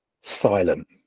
silent